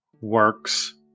works